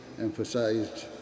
emphasized